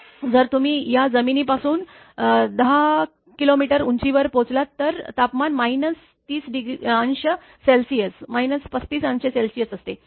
जर तुम्ही या जमिनी पासून १० किलोमीटर उंचीवर पोहोचलात तर तापमान ३० अंश सेल्सिअस ३५ अंश सेल्सिअस असते